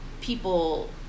people